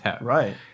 right